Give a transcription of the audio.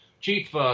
chief